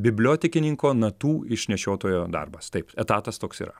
bibliotekininko natų išnešiotojo darbas taip etatas toks yra